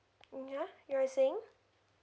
mm yeah you're saying